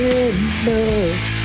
enough